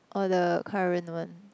or the current one